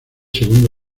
segundo